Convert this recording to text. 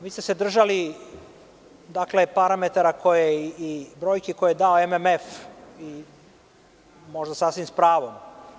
Vi ste se držali parametara i brojki koje je dao MMF, možda sasvim s pravom.